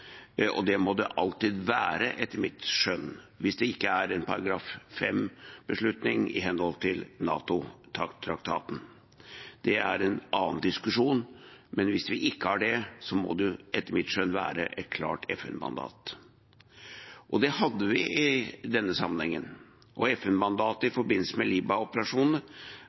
FN-mandat. Det må det alltid være, etter mitt skjønn, hvis det ikke er en artikkel 5-beslutning i henhold til NATO-traktaten. Det er en annen diskusjon. Men hvis vi ikke har det, må det etter mitt skjønn være et klart FN-mandat. Det hadde vi i denne sammenhengen. FN-mandatet i forbindelse med